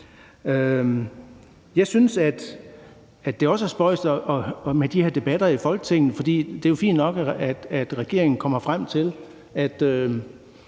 Jeg synes, at det med de her debatter i Folketinget er spøjst. Det er jo fint nok, at regeringen kommer frem til,